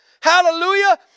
hallelujah